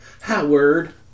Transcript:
Howard